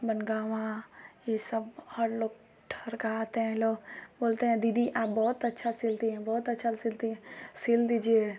बनगांवा यह सब और लोग ठर गाह आते हैं ये लोग बोलते हैं दीदी आप बहोत अच्छा सिलती हैं बहुत अच्छा सिलती हैं सिल दीजिए